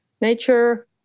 nature